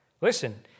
Listen